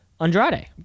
Andrade